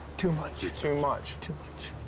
too much. too much. too much.